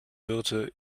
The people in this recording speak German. birte